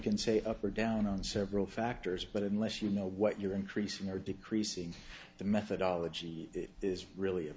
can say up or down on several factors but unless you know what you're increasing or decreasing the methodology it is really a